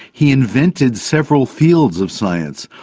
he invented several fields of science.